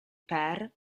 per